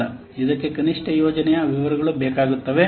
ಇದಕ್ಕೆ ಕನಿಷ್ಠ ಯೋಜನೆಯ ವಿವರಗಳು ಬೇಕಾಗುತ್ತವೆ